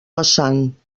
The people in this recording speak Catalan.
vessant